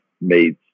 made